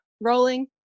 rolling